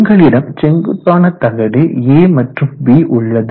உங்களிடம் செங்குத்தான தகடு a மற்றும் b உள்ளது